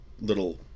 little